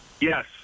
Yes